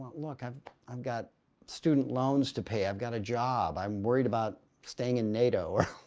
look, i've um got student loans to pay. i've got a job. i'm worried about staying in nato,